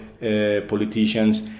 politicians